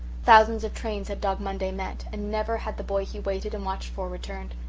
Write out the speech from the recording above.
thousands of trains had dog monday met and never had the boy he waited and watched for returned.